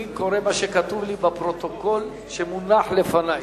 אני קורא מה שכתוב לי בפרוטוקול שמונח לפני,